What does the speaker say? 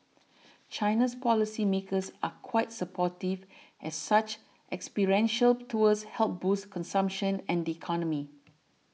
China's policy makers are quite supportive as such experiential tours help boost consumption and the economy